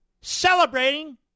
celebrating